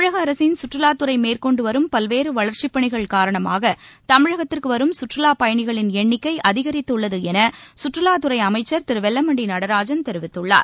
தமிழக அரசின் சுற்றுலா துறை மேற்கொண்டு வரும் பல்வேறு வளர்ச்சிப் பணிகள் காரணமாக தமிழகத்திற்கு வரும் கற்றுலா பயணிகளின் எண்ணிக்கை அதிகரித்துள்ளது என கற்றுலாத்துறை அமைச்சர் திரு வெல்லமண்டி நடராஜன் தெரிவித்துள்ளார்